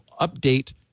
update